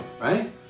right